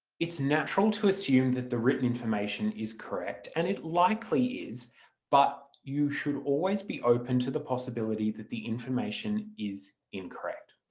it's natural to assume that the written information is correct and it likely is but you should always be open to the possibility that the information is incorrect.